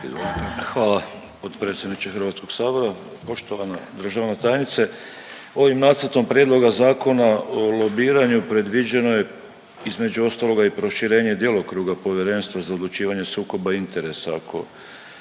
Hvala predsjedniče HS. Poštovana državna tajnice, ovim Nacrtom prijedloga Zakona o lobiranju predviđeno je između ostaloga i proširenje djelokruga Povjerenstva za odlučivanje sukoba interesa,